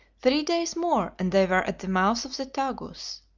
three days more and they were at the mouth of the tagus.